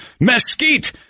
mesquite